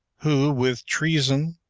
who, with treason,